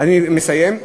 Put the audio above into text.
אני מסיים.